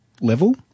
level